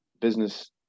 business